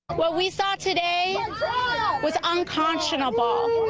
what we saw today was unconscionable.